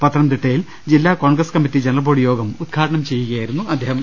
പത്തനംതിട്ട യിൽ ജില്ലാ കോൺഗ്രസ് കമ്മറ്റി ജനറൽബോഡിയോഗം ഉദ്ഘാ ടനം ചെയ്യുകയായിരുന്നു അദ്ദേഹം